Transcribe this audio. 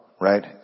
right